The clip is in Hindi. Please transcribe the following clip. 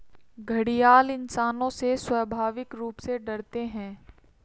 घड़ियाल इंसानों से स्वाभाविक रूप से डरते है